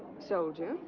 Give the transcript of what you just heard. soldier,